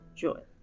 Joel